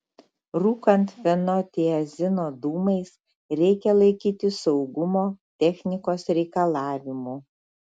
rūkant fenotiazino dūmais reikia laikytis saugumo technikos reikalavimų